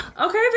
Okay